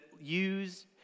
use